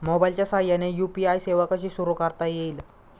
मोबाईलच्या साहाय्याने यू.पी.आय सेवा कशी सुरू करता येईल?